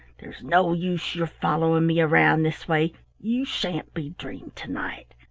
there's no use your following me around this way. you sha'n't be dreamed to-night.